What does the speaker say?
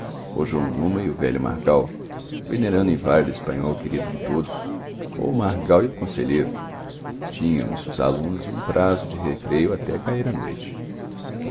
numa e o velho margal venerando inválido espanhol querido de todos ou o margal e o conselheiro tínhamos os alunos um prazo de recreio até cair a noite